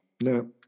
no